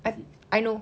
I I know